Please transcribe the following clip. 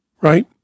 right